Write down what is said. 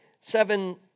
seven